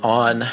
on